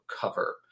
cover